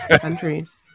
countries